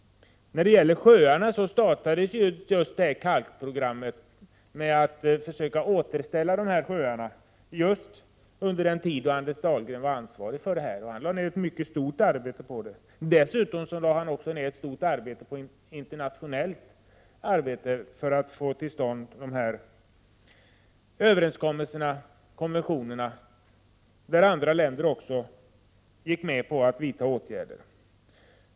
När det gäller sjöarna startades ett kalkningsprogram för att återställa sjöarna just då Anders Dahlgren var ansvarig för miljöfrågorna och på hans initiativ. Han lade ner ett mycket stort arbete på detta. Dessutom lade han ner ett stort arbete internationellt för att få till stånd överenskommelser och konventioner, där även andra länder gick med på att vidta åtgärder.